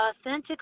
authentic